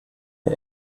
der